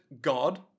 God